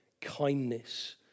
kindness